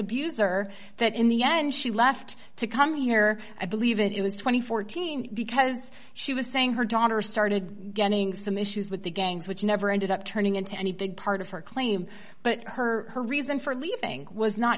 abuser that in the end she left to come here i believe it was two thousand and fourteen because she was saying her daughter started getting some issues with the gangs which never ended up turning into any big part of her claim but her reason for leaving was not